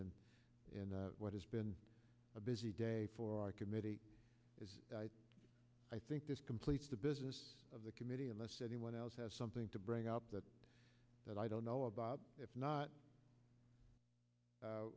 and and what has been a busy day for our committee as i think this completes the business of the committee unless anyone else has something to bring up that that i don't know about if not